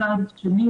מצד שני,